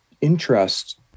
interest